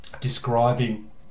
describing